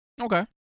Okay